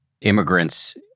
immigrants